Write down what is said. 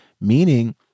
meaning